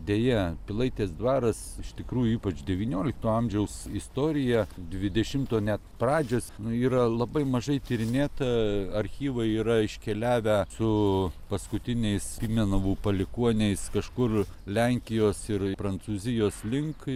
deja pilaitės dvaras iš tikrųjų ypač devyniolikto amžiaus istorija dvidešimto net pradžios nu yra labai mažai tyrinėta archyvai yra iškeliavę su paskutiniais pimenovų palikuoniais kažkur lenkijos ir prancūzijos link